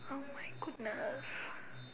oh my goodness